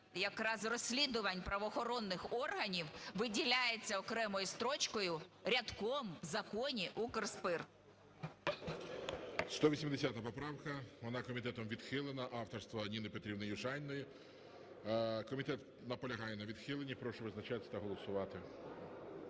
якраз розслідувань правоохоронних органів, виділяється окремою строчкою, рядком в законі Укрспирт.